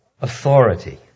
authority